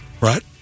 Right